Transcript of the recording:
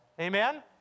Amen